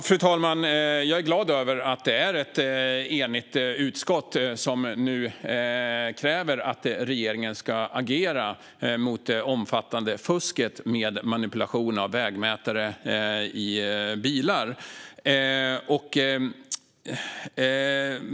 Fru talman! Jag är glad över att det är ett enigt utskott som nu kräver att regeringen ska agera mot det omfattande fusket med manipulation av vägmätare i bilar.